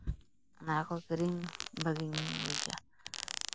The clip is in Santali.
ᱚᱱᱟᱠᱚ ᱠᱤᱨᱤᱧ ᱵᱷᱟᱜᱮᱧ ᱵᱩᱡᱟ